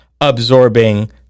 absorbing